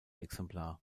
exemplar